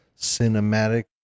cinematic